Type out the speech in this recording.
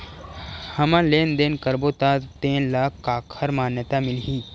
हमन लेन देन करबो त तेन ल काखर मान्यता मिलही?